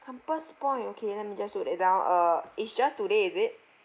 compass point okay let me just note that down uh it's just today is it